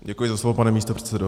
Děkuji za slovo, pane místopředsedo.